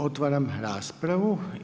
Otvaram raspravu.